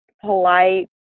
polite